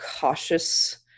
cautious